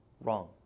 Wrong